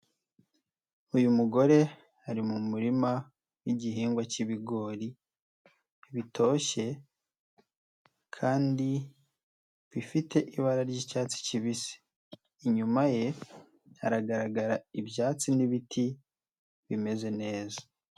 Uyu mugore ari mu murima w'igihingwa cy'ibigori bitoshye kandi bifite ibara ry'icyatsi kibisi, inyuma ye hagaragara ibyatsi n'ibiti bimeze neza.